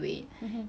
mmhmm